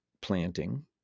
planting